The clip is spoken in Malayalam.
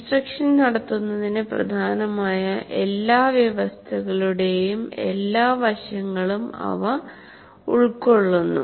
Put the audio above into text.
ഇൻസ്ട്രക്ഷൻ നടത്തുന്നതിന് പ്രധാനമായ എല്ലാ വ്യവസ്ഥകളുടെയും എല്ലാ വശങ്ങളും അവ ഉൾക്കൊള്ളുന്നു